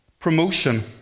promotion